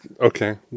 Okay